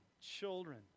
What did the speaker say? children